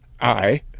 I